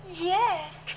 Yes